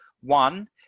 One